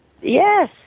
Yes